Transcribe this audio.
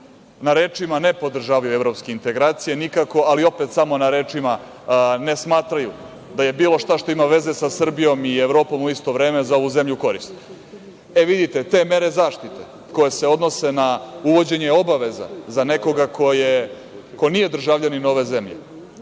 na rečima ne podržavaju evropske integracije, nikako ali opet samo na rečima ne smatraju da je bilo šta što ima veze sa Srbijom i Evropom u isto vreme za ovu zemlju korisno. Vidite, te mere zaštite, koje se odnose na uvođenje obaveza za nekoga ko nije državljanin Srbije,